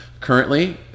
currently